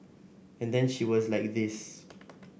and then she was like this